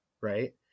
right